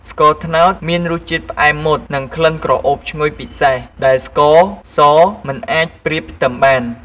ស្ករត្នោតមានរសជាតិផ្អែមមុត និងក្លិនក្រអូបឈ្ងុយពិសេស ដែលស្ករសមិនអាចប្រៀបផ្ទឹមបាន។